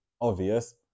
obvious